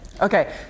okay